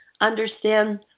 understand